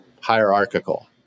hierarchical